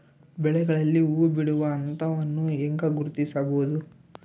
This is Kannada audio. ಬೆಳೆಗಳಲ್ಲಿ ಹೂಬಿಡುವ ಹಂತವನ್ನು ಹೆಂಗ ಗುರ್ತಿಸಬೊದು?